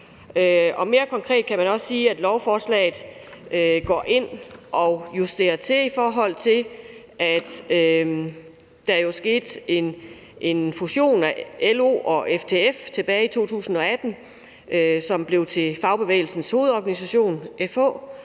Mere konkret kan man også sige, at lovforslaget går ind og justerer, i forhold til at der jo skete en fusion af LO og FTF tilbage i 2018, som blev til Fagbevægelsens Hovedorganisation, FH,